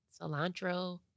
cilantro